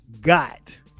Got